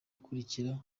ikurikira